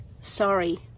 sorry